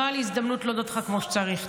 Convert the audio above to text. לא הייתה לי הזדמנות להודות לך כמו שצריך.